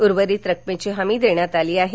उर्वरित रकमेची हमी देण्यात आली आहे